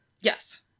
Yes